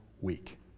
week